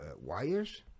wires